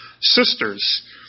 sisters